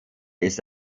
ist